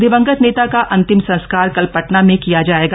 दिवंगत नेता का अंतिम संस्कार कल पटना में किया जाएगा